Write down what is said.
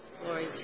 Glory